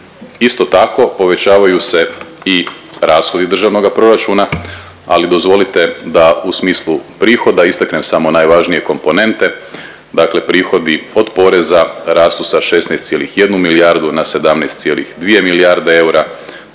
Isto tako povećavaju se i rashodi državnoga proračuna, ali dozvolite da u smislu prihoda istaknem samo najvažnije komponente, dakle prihodi od poreza rastu sa 16,1 milijardu na 17,2 milijarde eura,